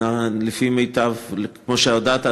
כמו שהודעת,